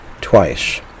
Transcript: twice